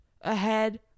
ahead